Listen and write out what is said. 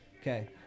Okay